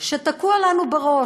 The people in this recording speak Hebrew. שתקוע לנו בראש.